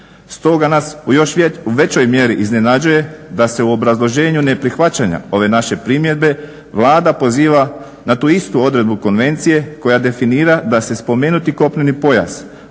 Stoga nas u još većoj mjeri iznenađuje da se u obrazloženju neprihvaćanja ove naše primjedbe Vlada poziva na tu istu odredbu konvencije koja definira da se spomenuti kopneni pojas